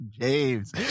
James